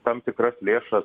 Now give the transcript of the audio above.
tam tikras lėšas